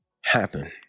happen